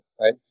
right